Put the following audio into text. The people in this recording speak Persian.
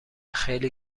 خیلی